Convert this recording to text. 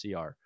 CR